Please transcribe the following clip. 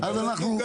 אז אנחנו,